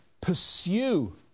pursue